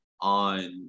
on